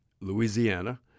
Louisiana